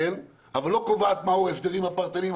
אבל לא קובעת מהם ההסדרים הפרטניים.